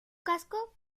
casco